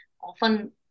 often